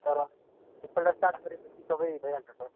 तर एकपल्ट चालु गरेपछि सबै भइहाल्छ सर